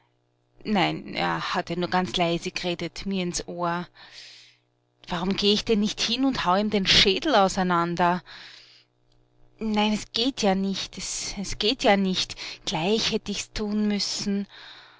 nein er hat ja nur ganz leise geredet mir ins ohr warum geh ich denn nicht hin und hau ihm den schädel auseinander nein es geht ja nicht es geht ja nicht gleich hätt ich's tun müssen